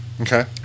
Okay